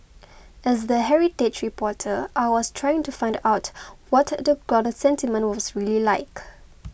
as the heritage reporter I was trying to find out what the ground sentiment was really like